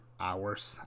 hours